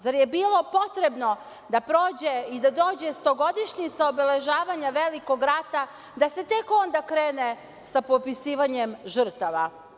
Zar je bilo potrebno da prođe i da dođe stogodišnjica obeležavanja velikog rata, da se tek onda krene sa popisivanjem žrtava?